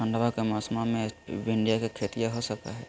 ठंडबा के मौसमा मे भिंडया के खेतीया हो सकये है?